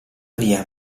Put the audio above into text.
via